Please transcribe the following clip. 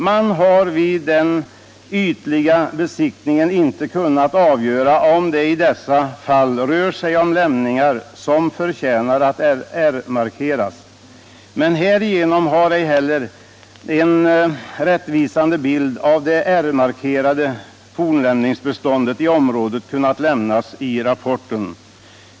Man har vid den ytliga besiktningen inte kunnat avgöra om det i dessa fall rör sig om lämningar som förtjänar att R-markeras. Men härigenom har ej heller en rättvisande bild av det R-markerade fornlämningsbeståndet i området kunnat lämnas i rapporten.